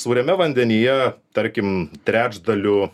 sūriame vandenyje tarkim trečdaliu